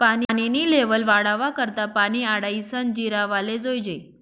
पानी नी लेव्हल वाढावा करता पानी आडायीसन जिरावाले जोयजे